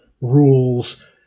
rules